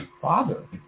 Father